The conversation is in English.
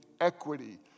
equity